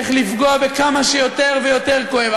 איך לפגוע בכמה שיותר ויותר כואב.